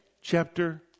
chapter